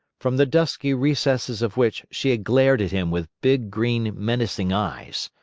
from the dusky recesses of which she had glared at him with big, green, menacing eyes.